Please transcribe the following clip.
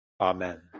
Amen